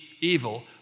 evil